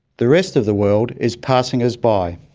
the rest of the world is passing us by.